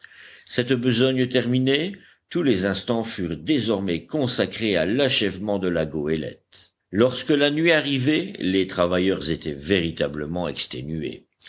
cette besogne terminée tous les instants furent désormais consacrés à l'achèvement de la goélette lorsque la nuit arrivait les travailleurs étaient véritablement exténués